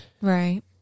Right